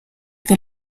que